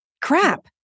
crap